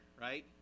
right